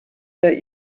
that